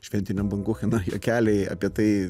šventinio bankucheno juokeliai apie tai